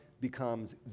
becomes